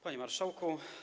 Panie Marszałku!